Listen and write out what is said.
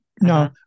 No